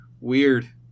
Weird